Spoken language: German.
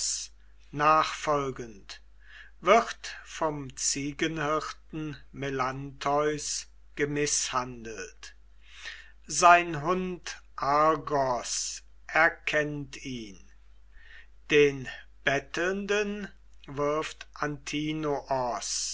nachfolgend wird vom ziegenhirten melantheus gemißhandelt sein hund argos erkennt ihn den bettelnden wirft